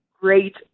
great